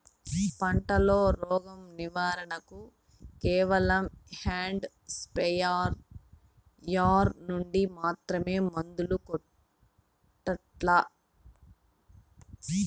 పంట లో, రోగం నివారణ కు కేవలం హ్యాండ్ స్ప్రేయార్ యార్ నుండి మాత్రమే మందులు కొట్టల్లా?